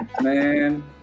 man